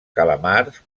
calamars